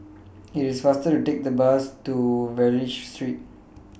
IT IS faster to Take The Bus to Wallich Street